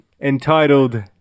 entitled